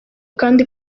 kandi